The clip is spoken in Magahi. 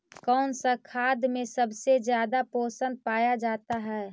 कौन सा खाद मे सबसे ज्यादा पोषण पाया जाता है?